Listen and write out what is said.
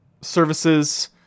services